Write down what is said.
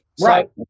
Right